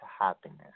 happiness